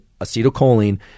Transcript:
acetylcholine